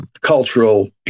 cultural